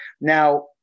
Now